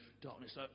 darkness